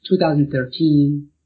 2013